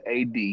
ad